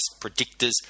predictors